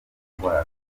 indwara